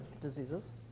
diseases